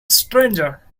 stranger